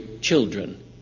children